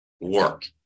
work